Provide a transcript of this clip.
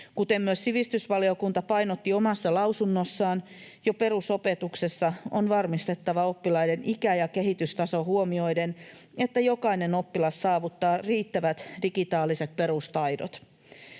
Kuten myös sivistysvaliokunta painotti omassa lausunnossaan, jo perusopetuksessa on varmistettava oppilaiden ikä ja kehitystaso huomioiden, että jokainen oppilas saavuttaa riittävät digitaaliset perustaidot.